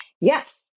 Yes